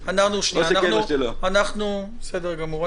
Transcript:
בסדר גמור.